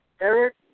Eric